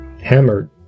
hammered